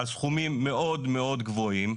על סכומים מאוד מאוד גבוהים,